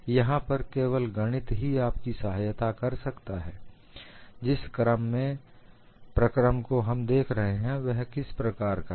यहां पर केवल गणित ही आपकी सहायता कर सकता है कि जिस प्रक्रम को हम देख रहे हैं वह किस प्रकार का है